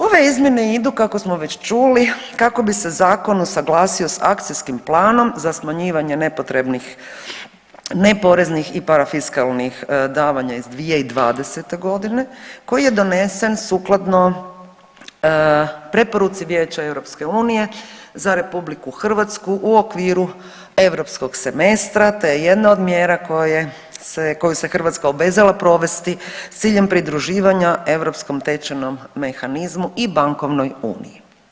Ove izmjene idu kako smo već čuli kako bi se zakon usaglasio sa akcijskim planom za smanjivanje nepotrebnih neporeznih i parafiskalnih davanja iz 2020. godine koji je donesen sukladno preporuci Vijeća EU za Republiku Hrvatsku u okviru europskog semestra, te je jedna od mjera koju se Hrvatska obvezala provesti s ciljem pridruživanja europskom tečajnom mehanizmu i bankovnoj uniji.